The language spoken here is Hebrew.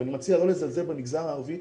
ואני מציע לא לזלזל במגזר הערבי,